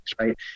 right